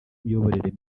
imiyoborere